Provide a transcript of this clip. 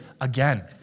again